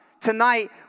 tonight